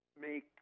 make